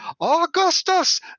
Augustus